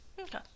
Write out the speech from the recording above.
Okay